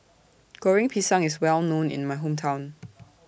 Goreng Pisang IS Well known in My Hometown